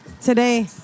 Today